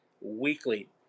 Weekly